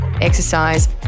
exercise